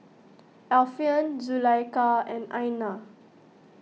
Alfian Zulaikha and Aina